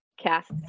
casts